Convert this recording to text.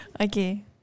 Okay